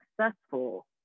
successful